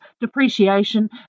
depreciation